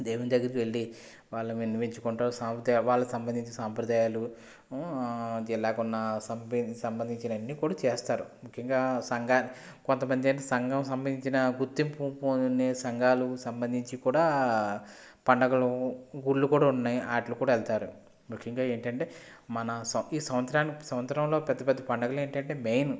దేవుని దగ్గరికి వెళ్ళి వాళ్ళు విన్నపించుకుంటారు సాంప్రదా వాళ్ళకి సమంధించిన సాంప్రదాయాలు జిల్లాకు ఉన్న సాంప్రదా సంబంధించిన అన్ని కూడా చేస్తారు ముఖ్యంగా సంఘా కొంతమంది ఐతే సంఘం సంబంధించిన గుర్తింపు పొంది సంఘాలు సంబంధించి కూడా పండుగలు గుడులు కూడా ఉన్నాయి వాటిలకి కూడా వెళతారు ముఖ్యంగా ఏంటంటే మన సం ఈ సంవత్సరం సంవత్సరంలో పెద్ద పెద్ద పండుగలు ఏంటంటే మెయిన్